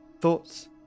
thoughts